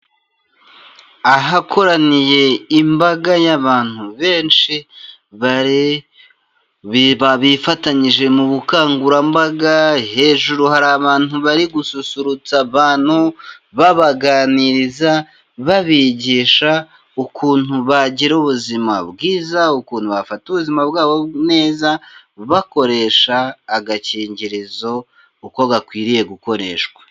Ahakoraniye imbaga y'abantu benshi bari bifatanyije mu bukangurambaga, hejuru hari abantu bari gususurutsa abantu, babaganiriza, babigisha ukuntu bagira ubuzima bwiza, ukuntu bafata ubuzima bwabo neza, bakoresha agakingirizo uko gakwiriye gukoreshwa.